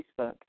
Facebook